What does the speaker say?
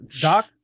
doc